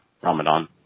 Ramadan